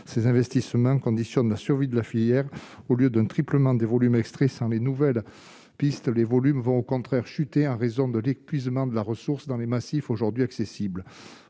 ces investissements conditionne la survie de la filière au lieu d'un triplement des volumes extraits sans les nouvelles pistes les volumes vont au contraire chuter en raison de l'épuisement de la ressource dans les massifs aujourd'hui accessible